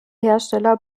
hersteller